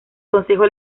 consejo